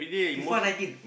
F_I_F_A Nineteen